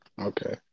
Okay